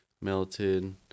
melted